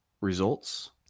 results